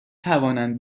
توانند